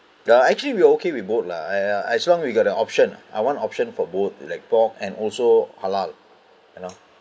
uh actually we're okay we both lah and uh as long we got the option I want option for both like pork and also halal